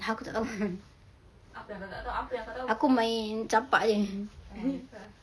aku tak tahu aku main campak jer